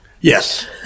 Yes